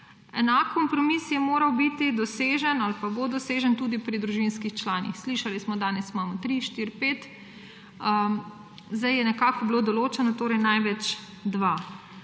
Enak kompromis je moral biti dosežen ali pa bo dosežen tudi pri družinskih članih. Slišali smo, danes imamo 3, 4, 5; zdaj je bilo nekako določeno največ 2.